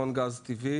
טבעי,